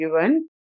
given